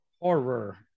Horror